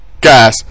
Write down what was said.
guys